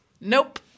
Nope